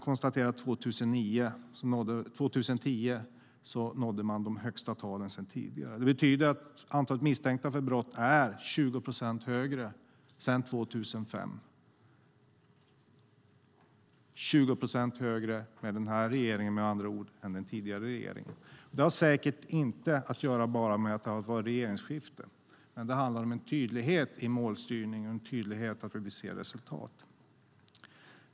År 2010 nådde man de högsta talen; antalet misstänkta för brott var då 20 procent högre än 2005. Med andra ord var det 20 procent högre med nuvarande regering än med den tidigare. Det har säkert inte bara att göra med regeringsskiftet, men det handlar om en tydlighet i målstyrningen; vi vill se resultat.